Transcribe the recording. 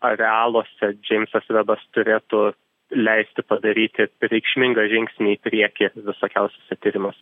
arealuose džeimsas vebas turėtų leisti padaryti reikšmingą žingsnį į priekį visokiausiuose tyrimuos